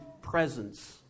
presence